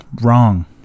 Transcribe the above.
Wrong